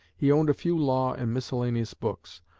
he owned a few law and miscellaneous books.